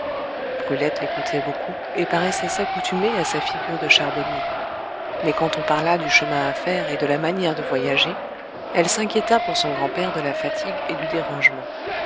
brulette l'écoutait beaucoup et paraissait s'accoutumer à sa figure de charbonnier mais quand on parla du chemin à faire et de la manière de voyager elle s'inquiéta pour son grand-père de la fatigue et du dérangement